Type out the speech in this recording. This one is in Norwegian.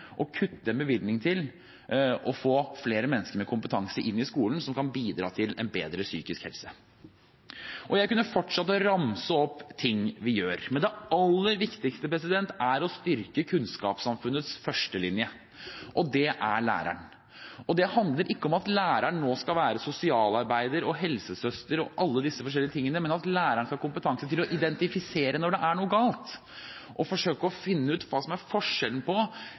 å kutte bevilgningen til å få flere mennesker med kompetanse inn i skolen som kan bidra til en bedre psykisk helse. Jeg kunne fortsatt å ramse opp ting vi gjør, men det aller viktigste er å styrke kunnskapssamfunnets førstelinje, og det er læreren. Det handler ikke om at læreren nå skal være sosialarbeider, helsesøster og alle disse forskjellige tingene, men om at læreren skal ha kompetanse til å identifisere når det er noe galt, og forsøke å finne ut hva som er forskjellen på